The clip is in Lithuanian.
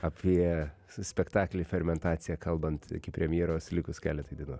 apie spektaklį fermentacija kalbant iki premjeros likus keletui dienų